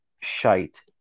Shite